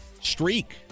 streak